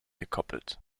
gekoppelt